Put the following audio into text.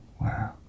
Wow